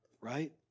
Right